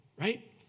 Right